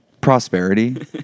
Prosperity